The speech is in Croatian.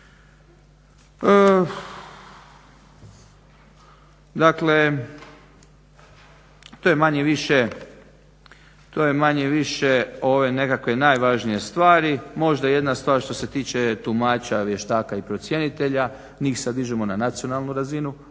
Dakle, to je manje-više ove nekakve najvažnije stvari. Možda jedna stvar što se tiče tumača, vještaka i procjenitelja. Njih sad dižemo na nacionalnu razinu.